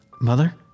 Mother